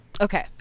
Okay